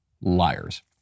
liars